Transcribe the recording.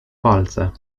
palce